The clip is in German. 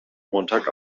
montag